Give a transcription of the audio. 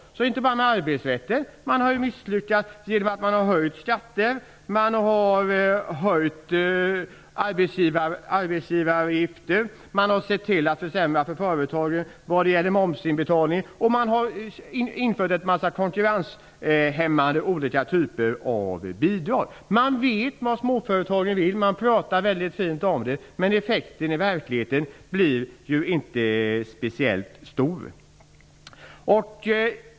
Man har inte bara misslyckats med arbetsrätten, utan man har också misslyckats genom att införa skattehöjningar, höjda arbetsgivaravgifter, försämringar för företagen vad gäller momsinbetalning samt olika typer av konkurrenshämmande bidrag. Man vet vad småföretagen vill och pratar väldigt fint om det, men effekten blir ju i verkligheten inte speciellt stor.